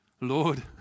Lord